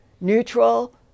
neutral